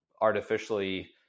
artificially